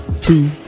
Two